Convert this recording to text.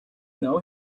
know